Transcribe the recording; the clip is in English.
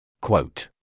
Quote